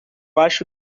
acho